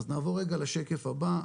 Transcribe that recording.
אז נעבור לשקף הבא.